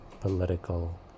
political